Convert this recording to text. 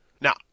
Now